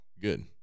Good